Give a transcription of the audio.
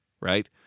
right